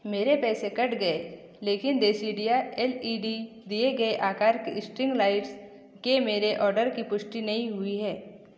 मेरे पैसे कट गए लेकिन देसिडिया एल ई डी दिए के आकार की स्ट्रिंग लाइट्स के मेरे ऑर्डर की पुष्टि नहीं हुई है